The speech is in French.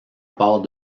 part